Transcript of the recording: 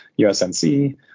USNC